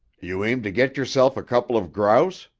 you aim to get yourself a couple of grouse?